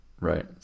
Right